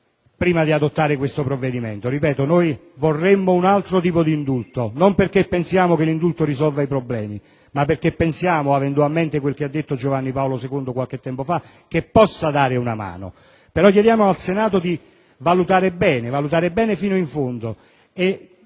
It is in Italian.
prima di adottare questo provvedimento. Come ho detto, vorremmo un altro tipo di indulto, non perché pensiamo che l'indulto risolva i problemi, ma perché pensiamo, avendo a mente quel che disse Giovanni Paolo II qualche tempo fa, che possa dare una mano, però - lo ribadisco - chiediamo al Senato di valutare bene, fino in fondo.